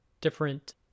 different